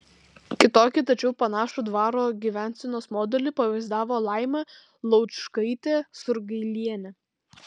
kitokį tačiau panašų dvaro gyvensenos modelį pavaizdavo laima laučkaitė surgailienė